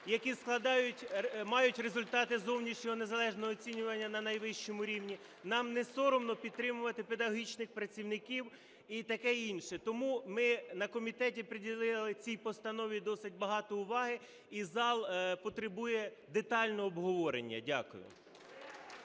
мають результати зовнішнього незалежного оцінювання на найвищому рівні, нам не соромно підтримувати педагогічних працівників і таке інше. Тому ми на комітеті приділили цій постанові досить багато уваги, і зал потребує детального обговорення. Дякую.